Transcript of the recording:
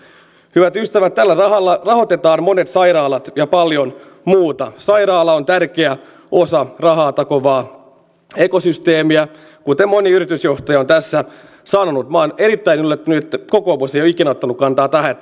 hyvät ystävät tällä rahalla rahoitetaan monet sairaalat ja paljon muuta sairaala on tärkeä osa rahaa takovaa ekosysteemiä kuten moni yritysjohtaja on tässä sanonut olen erittäin yllättynyt että kokoomus ei ole ikinä ottanut kantaa tähän